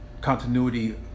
continuity